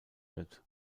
wird